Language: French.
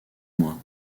mois